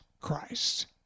Christ